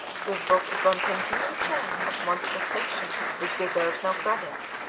whose book is one continued chain of monstrous fiction which deserves no credit,